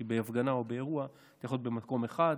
כי בהפגנה או באירוע אתה יכול להיות במקום אחד,